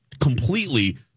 completely